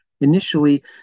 initially